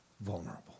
vulnerable